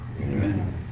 Amen